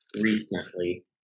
recently